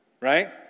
right